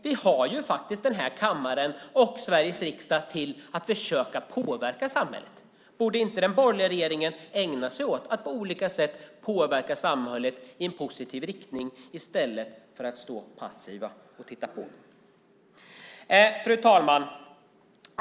Vi har den här kammaren och Sveriges riksdag till att försöka påverka samhället. Borde inte den borgerliga regeringen ägna sig åt att på olika sätt påverka samhället i positiv riktning i stället för att stå passiv och titta på? Fru talman!